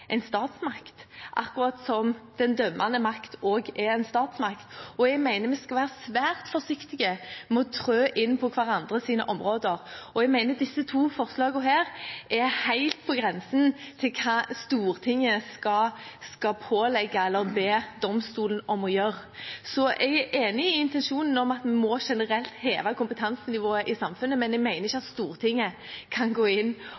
en statsmakt, akkurat som den dømmende makt også er en statsmakt. Jeg mener vi skal være svært forsiktige med å trå inn på hverandres områder, og jeg mener disse to forslagene er helt på grensen til hva Stortinget skal pålegge eller be domstolene om å gjøre. Jeg er enig i intensjonen om at vi generelt må heve kompetansenivået i samfunnet, men jeg mener ikke at Stortinget kan gå inn